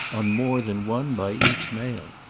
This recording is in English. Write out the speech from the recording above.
on more than one by each mail.